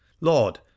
Lord